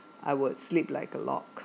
I would sleep like a lock